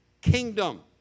kingdom